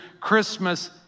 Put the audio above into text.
Christmas